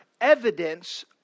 evidence